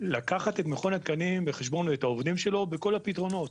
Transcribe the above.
לקחת את מכון התקנים בחשבון ואת העובדים שלו בכל הפתרונות,